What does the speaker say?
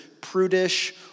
prudish